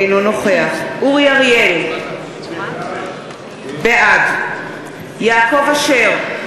אינו נוכח אורי אריאל, בעד יעקב אשר,